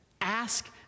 Ask